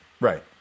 Right